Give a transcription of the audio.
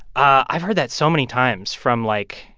i've heard that so many times from, like,